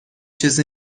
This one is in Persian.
چیزی